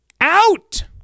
out